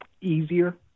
easier